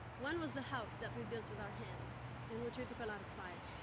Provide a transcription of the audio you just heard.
one was the house that we built with our hands, in which we took a lot of pride.